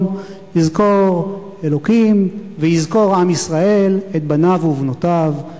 "יזכור אלוקים ויזכור עם ישראל את בניו ובנותיו".